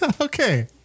Okay